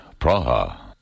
Praha